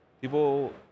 People